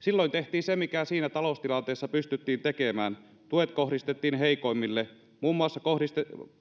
silloin tehtiin se mikä siinä taloustilanteessa pystyttiin tekemään tuet kohdistettiin heikoimmille muun muassa